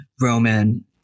Roman